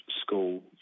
school